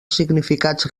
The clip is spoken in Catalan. significats